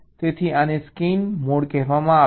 તેથી આને scan mode કહેવામાં આવે છે